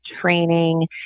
training